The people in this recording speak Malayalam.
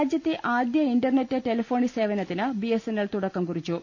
രാജ്യത്തെ ആദ്യ ഇന്റർനെറ്റ് ടെലഫോണി സേവനത്തിന് ബിഎസ്എൻ എൽ തുടക്കം കുറിച്ചു